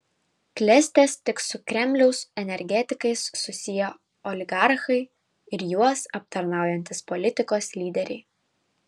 klestės tik su kremliaus energetikais susiję oligarchai ir juos aptarnaujantys politikos lyderiai